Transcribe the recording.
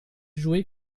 jouée